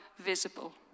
visible